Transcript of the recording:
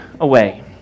away